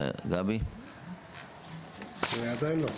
עדיין לא.